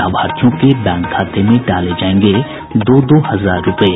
लाभार्थियों के बैंक खाते में डाले जायेंगे दो दो हजार रूपये